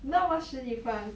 no more 食立方